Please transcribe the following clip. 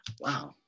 wow